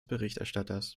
berichterstatters